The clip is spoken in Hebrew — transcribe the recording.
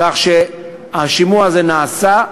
כך שהשימוע הזה נעשה,